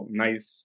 nice